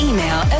Email